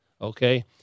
Okay